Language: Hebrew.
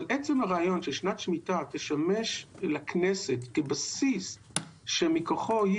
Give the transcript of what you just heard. אבל עצם הרעיון ששנת שמיטה תשמש לכנסת כבסיס שמכוחו היא